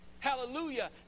Hallelujah